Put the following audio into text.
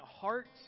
hearts